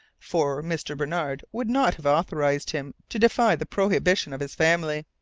for mr. barnard would not have authorized him to defy the prohibition of his family.